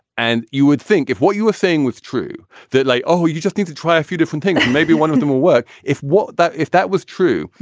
and you would think if what you were saying was true, that like, oh, you just need to try a few different things and maybe one of them will work. if what if that was true,